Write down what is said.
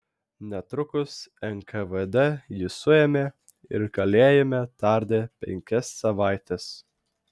netrukus nkvd jį suėmė ir kalėjime tardė penkias savaites